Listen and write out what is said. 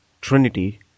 Trinity